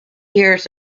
years